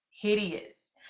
hideous